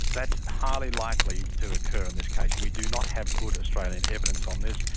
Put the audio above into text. that's highly likely to occur in this case. we do not have good australian evidence on this.